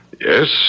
Yes